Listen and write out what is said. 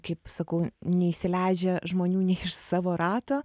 kaip sakau neįsileidžia žmonių nei iš savo rato